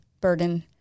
burden